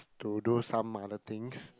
to do some other things